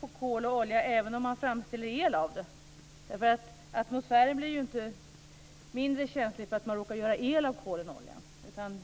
på kol och olja även om man framställer el av kolet oljan.